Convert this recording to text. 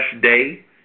day